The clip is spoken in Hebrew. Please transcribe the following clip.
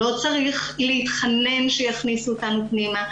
לא צריך להתחנן שיכניסו אותנו פנימה.